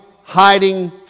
hiding